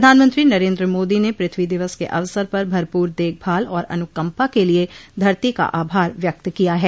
प्रधानमंत्री नरेंद्र मोदी ने पृथ्वी दिवस के अवसर पर भरपूर देखभाल और अनुकंपा के लिए धरती का आभार व्यक्त किया है